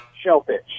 shellfish